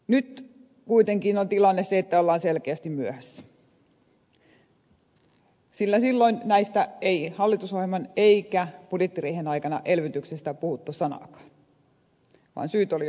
nyt kuitenkin on tilanne se että ollaan selkeästi myöhässä sillä silloin elvytyksestä ei hallitusohjelman eikä budjettiriihen aikana puhuttu sanaakaan vaan syyt olivat ihan muuta